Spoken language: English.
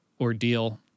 ordeal